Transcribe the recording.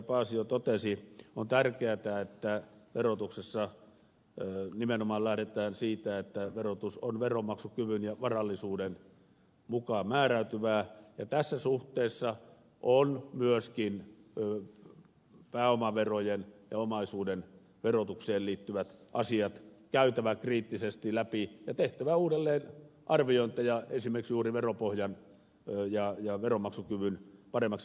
paasio totesi on tärkeätä että verotuksessa nimenomaan lähdetään siitä että verotus on veronmaksukyvyn ja varallisuuden mukaan määräytyvää ja tässä suhteessa on myöskin pääomaverojen ja omaisuuden verotukseen liittyvät asiat käytävä kriittisesti läpi ja tehtävä uudelleenarviointeja esimerkiksi juuri veropohjan ja veronmaksukyvyn paremmaksi huomioon ottamiseksi